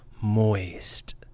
moist